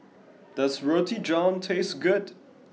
does Roti John taste good